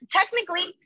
technically